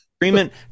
Agreement